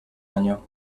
año